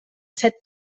set